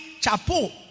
chapo